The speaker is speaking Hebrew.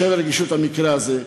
בשל רגישות המקרה הזה,